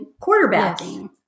quarterbacking